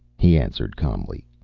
he answered calmly.